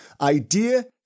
idea